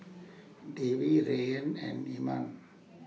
Dewi Rayyan and Iman